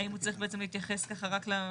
האם הוא צריך בעצם להתייחס יותר למרחב